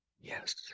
yes